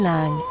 Lang